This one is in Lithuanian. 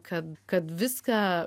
kad kad viską